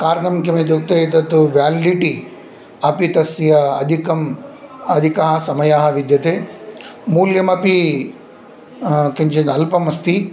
carbon किमित्युक्ते तत् validity अपि तस्य अधिकम् अधिकाः समयाः विद्यते मूल्यमपि किञ्चित् अल्पम् अस्ति